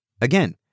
Again